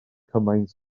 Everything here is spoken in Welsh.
cymaint